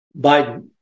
Biden